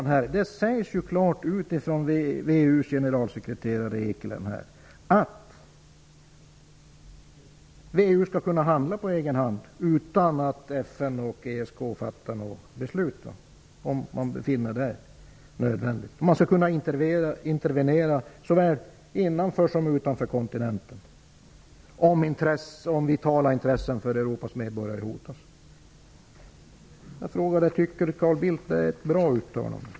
Det sägs klart ut av VEU:s generalsekreterare Van Eekelen att VEU skall kunna handla på egen hand, om det finner det nödvändigt, utan att FN och ESK fattar något beslut. Man skall kunna intervenera såväl inom som utanför kontinenten om vitala intressen för Europas medborgare hotas. Tycker Carl Bildt att det är ett bra uttalande?